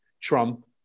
Trump